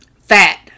fat